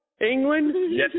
England